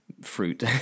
fruit